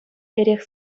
эрех